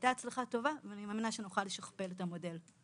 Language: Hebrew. והייתה הצלחה טובה ואני מאמינה שנוכל לשכפל את המודל.